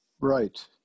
Right